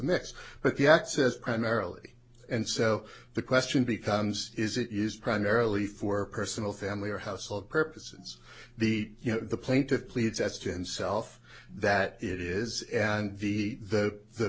mix but the access primarily and so the question becomes is it used primarily for personal family or household purposes the you know the plaintiff pleads as to in self that it is and the the the